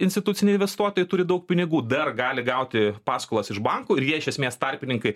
instituciniai investuotojai turi daug pinigų dar gali gauti paskolas iš bankų ir jie iš esmės tarpininkai